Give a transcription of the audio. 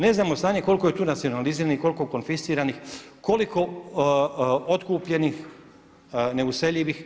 Ne znamo stanje koliko je tu nacionaliziranih, koliko konfisciranih, koliko otkupljenih, neuseljivih.